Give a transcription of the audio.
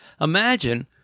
imagine